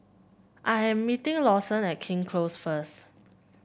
I am meeting Lawson at King Close first